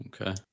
Okay